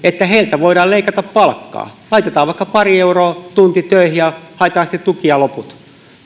että häneltä voidaan leikata palkkaa laitetaan vaikka parilla eurolla tunnissa töihin ja haetaan sitten tukia loput